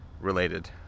related